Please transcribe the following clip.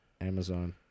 Amazon